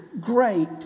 great